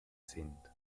sind